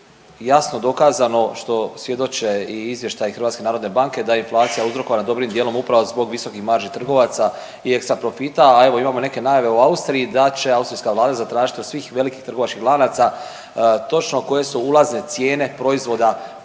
jasno dokazano što svjedoče i izvještaji HNB-a da je inflacija uzrokovana dobrim dijelom upravo zbog visokih marži trgovaca i ekstra profita, a evo imamo neke najave u Austriji da će austrijska vlada zatražiti od svih velikih trgovačkih lanaca točno koje su ulazne cijene proizvoda prije